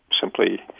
simply